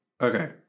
Okay